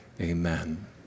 amen